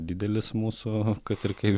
didelis mūsų kad ir kaip